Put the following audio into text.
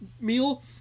meal